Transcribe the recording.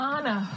Anna